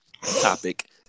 topic